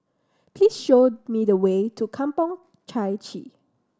please show me the way to Kampong Chai Chee